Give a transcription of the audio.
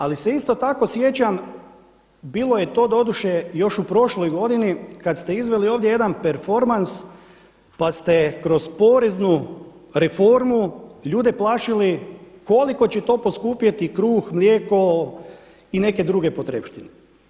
Ali se isto tako sjećam bilo je to doduše još u prošloj godini kada ste izveli ovdje jedan performans pa ste kroz poreznu reformu ljude plašili koliko će to poskupjeti kruh, mlijeko i neke druge potrepštine.